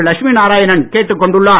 லட்சுமி நாராயணன் கேட்டுக் கொண்டுள்ளார்